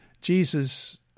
Jesus